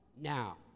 now